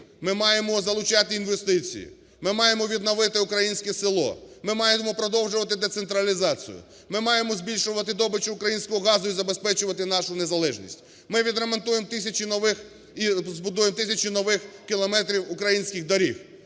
Ми маємо залучати інвестиції, ми маємо відновити українське село, ми маємо продовжувати децентралізацію, ми маємо збільшувати добич українського газу і забезпечувати нашу незалежність, ми відремонтуємо тисячі нових і збудуємо тисячі нових кілометрів українських доріг.